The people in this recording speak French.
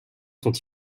sont